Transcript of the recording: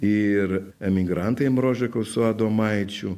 ir emigrantai ambrožeko su adomaičiu